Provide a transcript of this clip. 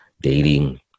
dating